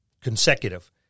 consecutive